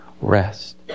rest